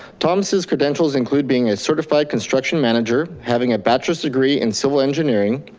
thomas' credentials include being a certified construction manager, having a bachelors degree in civil engineering,